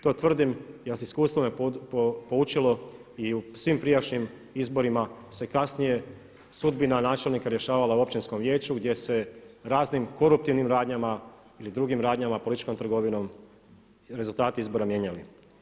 To tvrdim jer iskustvo me poučilo i u svim prijašnjim izborima se kasnije sudbina načelnika rješavala u općinskom vijeću gdje se raznim koruptivnim radnjama i drugim radnjama, političkom trgovinom rezultati izbora mijenjali.